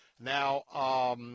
Now